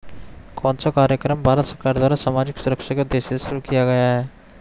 कौन सा कार्यक्रम भारत सरकार द्वारा सामाजिक सुरक्षा के उद्देश्य से शुरू किया गया है?